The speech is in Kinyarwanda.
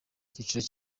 igiciro